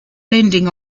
lending